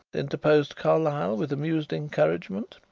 interposed carlyle, with amused encouragement.